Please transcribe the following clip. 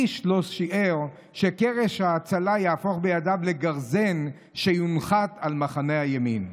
איש לא שיער שקרש ההצלה יהפוך בידיו לגרזן שיונחת על מחנה הימין.